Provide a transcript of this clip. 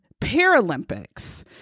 Paralympics